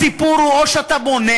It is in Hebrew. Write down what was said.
הסיפור הוא או שאתה בונה